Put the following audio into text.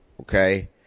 okay